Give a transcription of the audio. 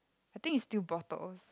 I think it's still bottles